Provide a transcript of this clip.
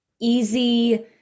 easy